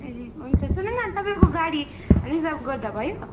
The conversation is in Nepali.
ए हुन्छ सुन्नु न तपाईँको गाडी रिजर्भ गर्दा भयो